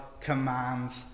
commands